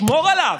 שמור עליו.